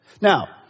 Now